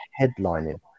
headlining